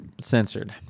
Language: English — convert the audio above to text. censored